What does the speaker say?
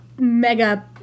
mega